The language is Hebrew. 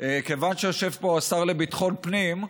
כיוון שיושב פה השר לביטחון פנים,